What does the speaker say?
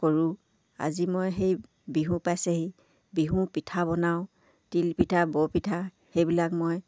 কৰোঁ আজি মই সেই বিহু পাইছেহি বিহু পিঠা বনাওঁ তিলপিঠা বৰপিঠা সেইবিলাক মই